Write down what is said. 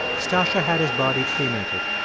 stacya had his body cremated.